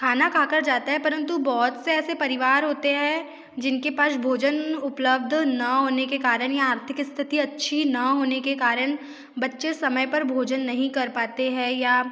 खाना खाकर जाता हैं परंतु बहुत से ऐसे परिवार होते हैं जिनके पास भोजन उपलब्ध न होने के कारण या आर्थिक स्थिति अच्छी न होने के कारण बच्चे समय पर भोजन नहीं कर पाते हैं या